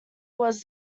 was